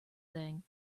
thing